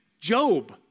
Job